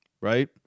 right